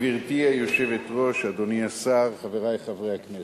גברתי היושבת-ראש, אדוני השר, חברי חברי הכנסת,